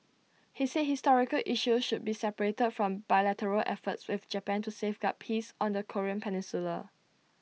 he said historical issues should be separated from bilateral efforts with Japan to safeguard peace on the Korean peninsula